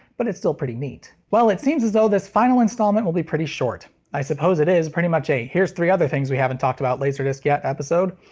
but it's still pretty neat. well, it seems as though this final installment will be pretty short. i suppose it is pretty much a here's three other things we haven't talked about laserdisc yet! episode.